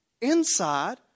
inside